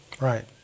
Right